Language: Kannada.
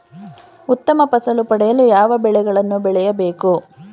ಉತ್ತಮ ಫಸಲು ಪಡೆಯಲು ಯಾವ ಬೆಳೆಗಳನ್ನು ಬೆಳೆಯಬೇಕು?